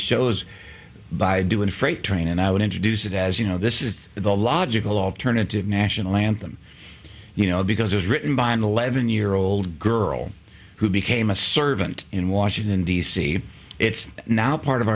shows by doing a freight train and i would introduce it as you know this is the logical alternative national anthem you know because it was written by an eleven year old girl who became a servant in washington d c it's now part of